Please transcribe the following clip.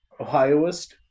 Ohioist